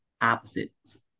opposites